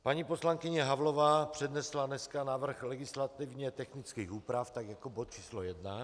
Paní poslankyně Havlová přednesla dneska návrh legislativně technických úprav tak jako bod č. 1.